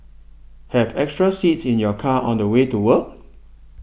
have extra seats in your car on the way to work